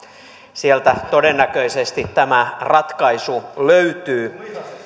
sieltä todennäköisesti tämä ratkaisu löytyy